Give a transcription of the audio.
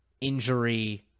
injury